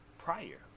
prior